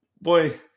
boy